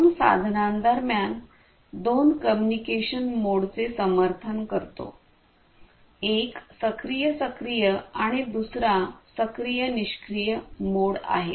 दोन साधना दरम्यान दोन कम्युनिकेशन मोडचे समर्थन करतो एक सक्रिय सक्रिय आणि दुसरा सक्रिय निष्क्रिय मोड आहे